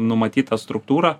numatytą struktūrą